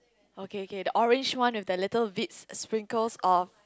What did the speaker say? okay okay the orange one with the little bits sprinkles of